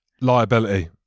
liability